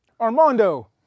Armando